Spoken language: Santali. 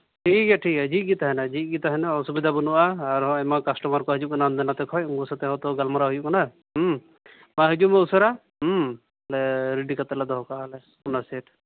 ᱴᱷᱤᱠ ᱜᱮᱭᱟ ᱴᱷᱤᱠ ᱜᱮᱭᱟ ᱡᱷᱤᱡ ᱜᱮ ᱛᱟᱦᱮᱱᱟ ᱡᱷᱤᱡ ᱜᱮ ᱛᱟᱦᱮᱱᱟ ᱚᱥᱩᱵᱤᱫᱟ ᱵᱟᱹᱱᱩᱜᱼᱟ ᱟᱨᱦᱚᱸ ᱟᱭᱢᱟ ᱠᱟᱥᱴᱚᱢᱟᱨ ᱠᱚ ᱦᱤᱡᱩᱜ ᱠᱟᱱᱟ ᱦᱟᱱᱛᱮ ᱱᱟᱛᱮ ᱠᱷᱚᱡ ᱩᱱᱠᱩ ᱥᱟᱣᱛᱮ ᱦᱚᱛᱚ ᱜᱟᱞᱢᱟᱨᱟᱣ ᱦᱩᱭᱩᱜ ᱠᱟᱱᱟ ᱢᱟ ᱦᱤᱡᱩᱜ ᱢᱮ ᱩᱥᱟᱹᱨᱟ ᱟᱞᱮ ᱨᱮᱰᱤ ᱠᱟᱛᱮᱫ ᱞᱮ ᱫᱚᱦᱚ ᱠᱟᱜᱼᱟ ᱞᱮ ᱚᱱᱟ ᱥᱮᱴ